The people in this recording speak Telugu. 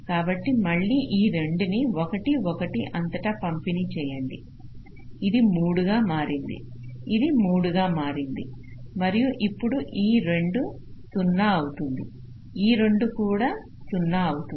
కాబట్టి మళ్ళీ ఈ 2 ని 1 1 అంతటా పంపిణీ చేయండి ఇది 3 గా మారింది ఇది 3 గా మారింది మరియు ఇప్పుడు ఈ 2 0 అవుతుంది ఈ 2 కూడా 0 అవుతుంది